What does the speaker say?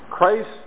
Christ